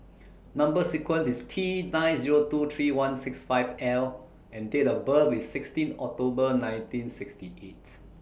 Number sequence IS T nine Zero two three one six five L and Date of birth IS sixteen October nineteen sixty eight